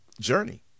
journey